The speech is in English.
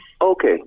Okay